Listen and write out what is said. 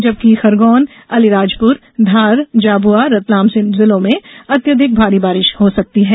जबकि खरगौन अलीराजपुर धार झाबुआ रतलाम जिलों में अत्यधिक भारी बारिश हो सकती है